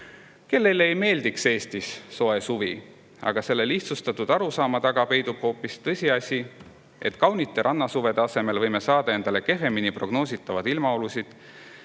Kellele ei meeldiks Eestis soe suvi? Aga selle lihtsustatud arusaama taga peitub hoopis tõsiasi, et kaunite rannasuvede asemel võime saada endale kehvemini prognoositavaid ilmaolusid,